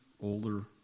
older